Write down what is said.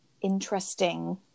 interesting